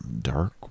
dark